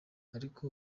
ariko